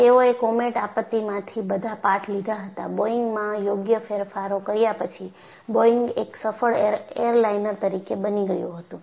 તેઓએ કોમેટ આપત્તિમાંથી બધાં પાઠ લીધા હતા બોઈંગમાં યોગ્ય ફેરફારો કર્યા પછી બોઇંગ એક સફળ એરલાઇનર તરીકે બની ગયું હતું